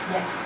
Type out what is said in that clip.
Yes